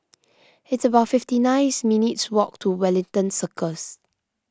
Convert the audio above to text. it's about fifty nice minutes walk to Wellington Circles